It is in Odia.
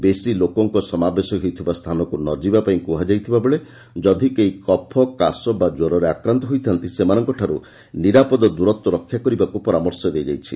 ବେଶି ଲୋକଙ୍କ ସମାବେଶ ହେଉଥିବା ସ୍ଥାନକୁ ନ ଯିବାପାଇଁ କୁହାଯାଇଥିବାବେଳେ ଯଦି କେହି କଫ କାଶ ବା ଜ୍ୱରରେ ଆକ୍ରାନ୍ତ ହୋଇଥା'ନ୍ତି ସେମାନଙ୍କଠାରୁ ନିରାପଦ ଦୂରତ୍ୱ ରକ୍ଷା କରିବାକୁ ପରାମର୍ଶ ଦିଆଯାଇଛି